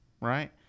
right